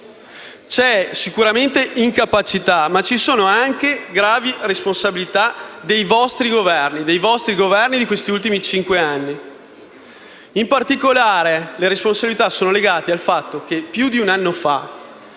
C'è sicuramente incapacità, ma ci sono anche gravi responsabilità dei vostri Governi di questi ultimi cinque anni. In particolare, le responsabilità sono legate al fatto che più di un anno fa